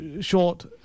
short